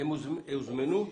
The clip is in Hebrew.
הם הוזמנו?